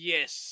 Yes